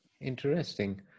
Interesting